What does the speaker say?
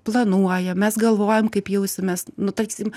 planuojam mes galvojam kaip jausimės nu tahsim